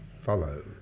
follow